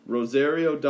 Rosario